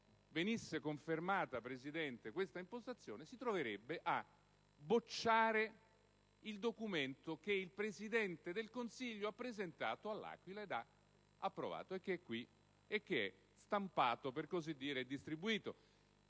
venisse confermata questa impostazione, si troverebbe a bocciare il documento che il Presidente del Consiglio ha presentato all'Aquila ed ha approvato e che, per così dire, è stampato e distribuito.